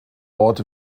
ort